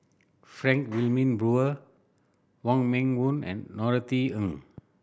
Frank Wilmin Brewer Wong Meng Voon and Norothy Ng